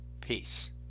Peace